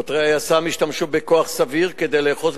שוטרי היס"מ השתמשו בכוח סביר כדי לאחוז